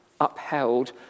upheld